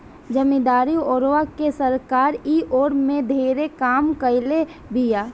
जमीदारी ओरवा के सरकार इ ओर में ढेरे काम कईले बिया